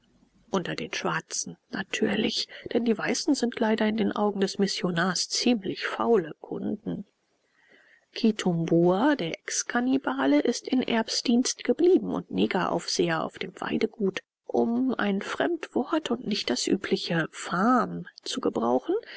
unter den schwarzen natürlich denn die weißen sind leider in den augen des missionars ziemlich faule kunden kitumbua der exkannibale ist in erbs dienst geblieben und negeraufseher auf dem weidegut um ein fremdwort und nicht das übliche farm zu gebrauchen